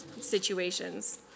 situations